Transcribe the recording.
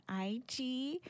IG